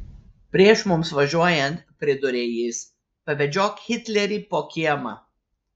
prieš mums važiuojant pridūrė jis pavedžiok hitlerį po kiemą